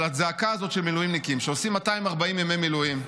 אבל הזעקה הזאת של מילואימניקים שעושים 240 ימי מילואים,